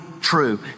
true